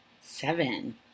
seven